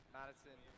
Madison